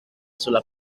sulla